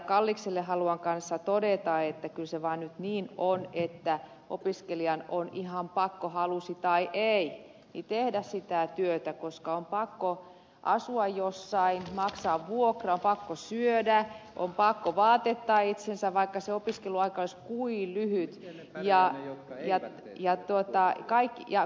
kallikselle haluan todeta että kyllä se vaan nyt niin on että opiskelijan on ihan pakko halusi tai ei tehdä sitä työtä koska on pakko asua jossain maksaa vuokra on pakko syödä on pakko vaatettaa itsensä vaikka se opiskeluaika olisi kuinka lyhyt